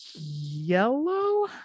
yellow